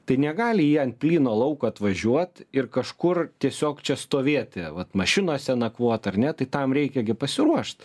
tai negali jie ant plyno lauko atvažiuot ir kažkur tiesiog čia stovėti vat mašinose nakvot ar ne tai tam reikia gi pasiruošt